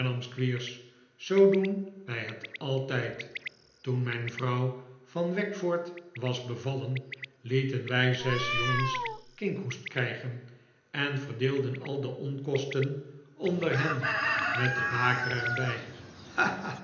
zoo doen wij het altijd toen mijn vrouw van wackford was bevallen lieten wij zes jongens kinkhoest krijgen en verdeelden al de onkosten onder hen met de baker er